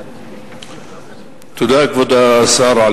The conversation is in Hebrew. תודה, כבוד השר.